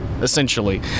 essentially